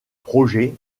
projets